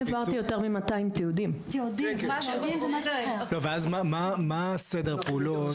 מה סדר הפעולות?